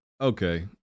Okay